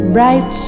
Bright